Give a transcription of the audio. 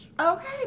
okay